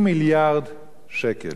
של 30 מיליארד שקל.